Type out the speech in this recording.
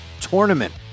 tournament